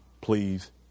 please